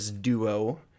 duo